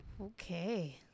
Okay